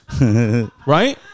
right